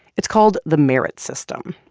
it's called the merit system.